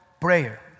prayer